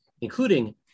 including